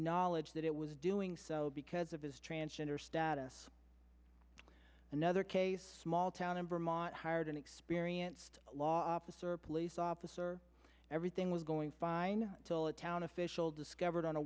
acknowledge that it was doing so because of his transgender status another case small town in vermont hired an experienced law officer a police officer everything was going fine until a town official discovered on a